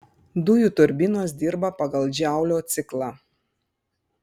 dujų turbinos dirba pagal džaulio ciklą